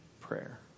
prayer